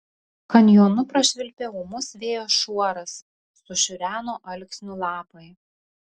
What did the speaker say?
kanjonu prašvilpė ūmus vėjo šuoras sušiureno alksnių lapai